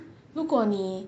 如果你